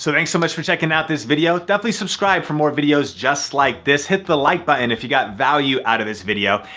so thanks so much for checking out this video. definitely subscribe for more videos just like this. hit the like button if you got value out of this video.